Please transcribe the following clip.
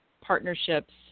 partnerships